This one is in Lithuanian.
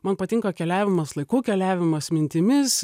man patinka keliavimas laiku keliavimas mintimis